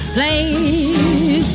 Place